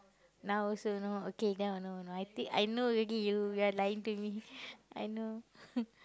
now also no okay now no no I think I know already you you are lying to me I know